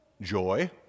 Joy